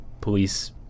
police